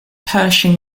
pershing